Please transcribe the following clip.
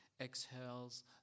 exhales